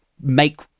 make